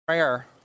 Prayer